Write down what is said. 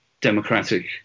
democratic